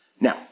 Now